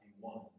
One